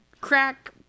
crack